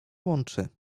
łączy